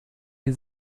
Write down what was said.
die